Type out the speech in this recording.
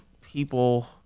people